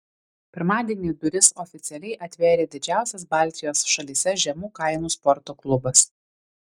pirmadienį duris oficialiai atvėrė didžiausias baltijos šalyse žemų kainų sporto klubas